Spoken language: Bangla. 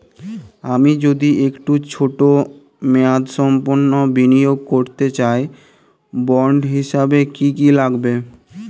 আমি যদি একটু ছোট মেয়াদসম্পন্ন বিনিয়োগ করতে চাই বন্ড হিসেবে কী কী লাগবে?